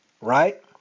right